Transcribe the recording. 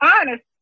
honest